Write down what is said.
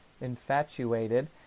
infatuated